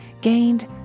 gained